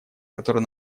который